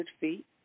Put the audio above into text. feet